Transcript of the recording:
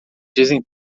dizem